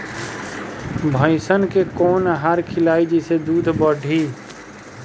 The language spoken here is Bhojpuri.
भइस के कवन आहार खिलाई जेसे दूध बढ़ी?